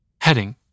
Heading